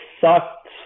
sucked